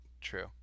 true